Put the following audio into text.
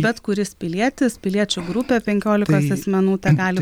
bet kuris pilietis piliečių grupė penkiolikos asmenų tegali